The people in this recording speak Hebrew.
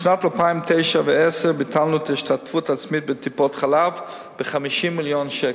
בשנים 2009 2010 ביטלנו את ההשתתפות העצמית בטיפות-חלב ב-50 מיליון שקל,